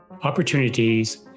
opportunities